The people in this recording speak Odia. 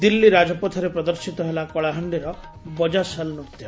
ଦିଲ୍ଲୀ ରାଜପଥରେ ପ୍ରଦର୍ଶିତ ହେଲା କଳାହାଣ୍ଡିର 'ବଜାସାଲ' ନୃତ୍ୟ